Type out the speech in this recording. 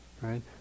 right